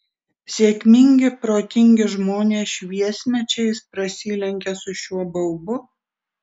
sėkmingi protingi žmonės šviesmečiais prasilenkia su šiuo baubu